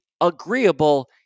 agreeable